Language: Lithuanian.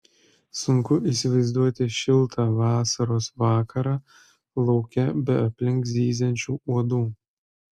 sunku įsivaizduoti šiltą vasaros vakarą lauke be aplink zyziančių uodų